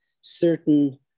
certain